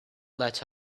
let